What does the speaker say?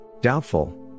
Doubtful